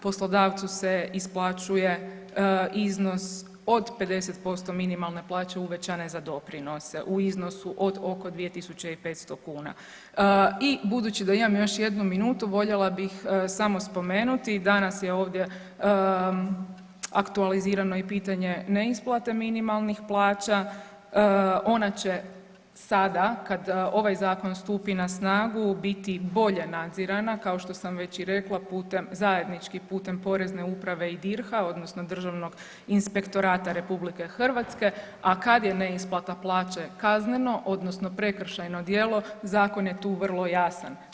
Poslodavcu se isplaćuje iznos od 50% minimalne plaće uvećane za doprinose u iznosu do oko 2500 kuna i budući da imam još jednu minutu, voljela bih samo spomenuti, danas je ovdje aktualizirano i pitanje neisplate minimalnih plaća, ona će sada kada ovaj Zakon stupi na snagu biti bolje nadzirana, kao što sam već i rekla, putem zajednički putem Porezne uprave i DIRH-a, odnosno Državnog inspektorata RH, a kad je neisplata plaće kazneno odnosno prekršajno djelo, zakon je tu vrlo jasan.